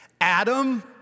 Adam